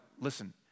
listen